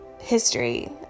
History